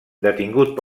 detingut